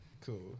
cool